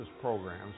programs